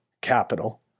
capital